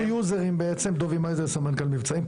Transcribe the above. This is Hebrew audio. דובי מייזל, סמנכ"ל מבצעים.